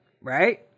Right